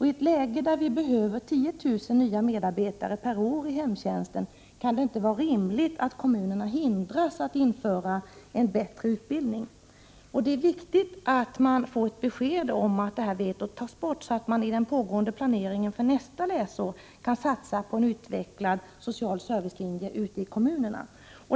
I ett läge där vi behöver 10 000 nya medarbetare per år inom hemtjänsten kan det inte vara rimligt att kommunerna hindras att införa en bättre utbildning. Det är viktigt att man får ett besked om att detta veto tas bort, så att man i den pågående planeringen för nästa läsår kan satsa på en utvecklad social servicelinje ute i kommunerna.